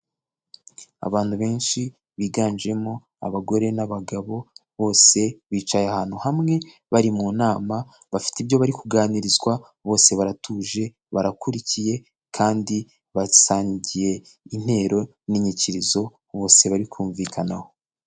Abantu benshi biganjemo abagore n'abagabo, bose bicaye ahantu hamwe bari mu nama, bafite ibyo bari kuganirizwa, bose baratuje, barakurikiye kandi basangiye intero n'inyikirizo, bose bari kumvikanaho.